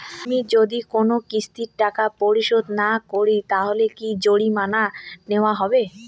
আমি যদি কোন কিস্তির টাকা পরিশোধ না করি তাহলে কি জরিমানা নেওয়া হবে?